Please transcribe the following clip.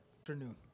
afternoon